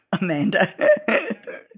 Amanda